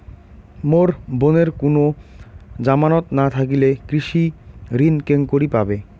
মোর বোনের কুনো জামানত না থাকিলে কৃষি ঋণ কেঙকরি পাবে?